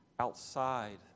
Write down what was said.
Outside